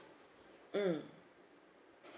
mm